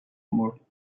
mur